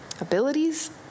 Abilities